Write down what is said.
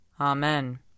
Amen